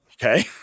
Okay